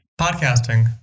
podcasting